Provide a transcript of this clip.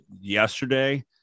yesterday